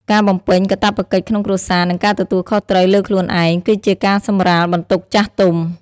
ការបំពេញកាតព្វកិច្ចក្នុងគ្រួសារ និងការទទួលខុសត្រូវលើខ្លួនឯង គឺជាការសម្រាលបន្ទុកចាស់ទុំ។